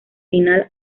final